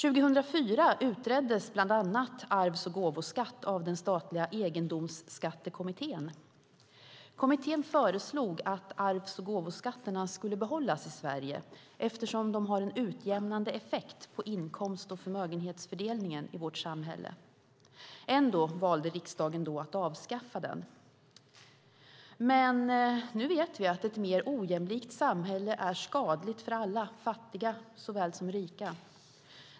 År 2004 utreddes bland annat arvs och gåvoskatt av den statliga egendomsskattekommittén. Kommittén föreslog att arvs och gåvoskatterna skulle behållas i Sverige eftersom de har en utjämnande effekt på inkomst och förmögenhetsfördelningen i vårt samhälle. Ändå valde riksdagen att avskaffa den. Nu vet vi dock att ett mer ojämlikt samhälle är skadligt för alla, såväl fattiga som rika.